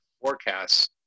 forecasts